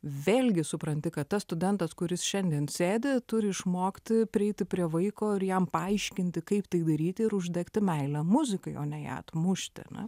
vėlgi supranti kad tas studentas kuris šiandien sėdi turi išmokti prieiti prie vaiko ir jam paaiškinti kaip tai daryti ir uždegti meilę muzikai o ne ją atmušti ane